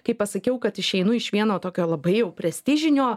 kai pasakiau kad išeinu iš vieno tokio labai jau prestižinio